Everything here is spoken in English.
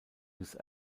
use